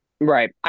Right